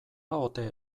ote